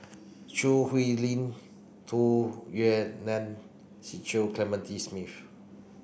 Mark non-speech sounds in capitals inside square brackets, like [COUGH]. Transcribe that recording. Choo Hwee Lim Tu Yue Nang [UNINTELLIGIBLE] Clementi Smith